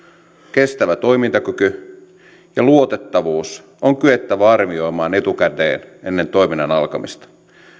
kestävä toimintakyky ja luotettavuus on kyettävä arvioimaan etukäteen ennen toiminnan alkamista